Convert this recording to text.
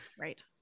right